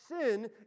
sin